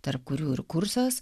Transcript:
tarp kurių ir kursas